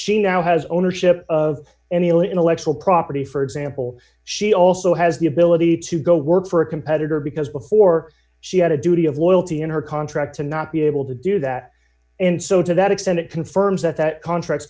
she now has ownership of any intellectual property for example she also has the ability to go work for a competitor because before she had a duty of loyalty in her contract to not be able to do that and so to that extent it confirms that that contracts